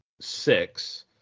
six